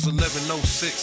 1106